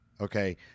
okay